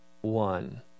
one